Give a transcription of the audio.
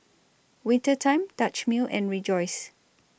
Winter Time Dutch Mill and Rejoice